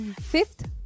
Fifth